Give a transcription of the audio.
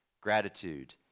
gratitude